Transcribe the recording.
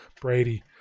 Brady